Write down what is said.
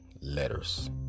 letters